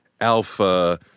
alpha